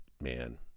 man